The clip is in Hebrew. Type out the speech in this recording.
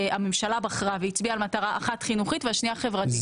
הממשלה בחרה והצביעה על מטרה אחת חינוכית והשנייה חברתית.